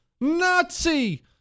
Nazi